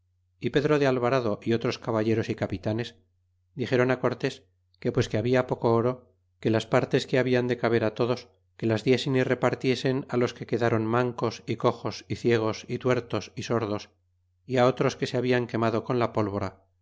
y pedro de alvarado y otros caballeros y capitanes dixéron cortes que pues que habla poco oro que las partes que habian de caber todos que las diesen y repartiesen los que quedron mancos y cojos y ciegos y tuertos y sordos y otros que se hablan quemado con la pólvora